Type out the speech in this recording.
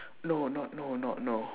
no not no not no